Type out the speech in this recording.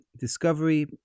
discovery